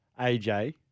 AJ